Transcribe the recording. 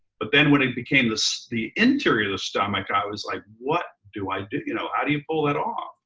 but then when it became the so the interior of the stomach, i was like, what do i do? how you know ah do you pull that off?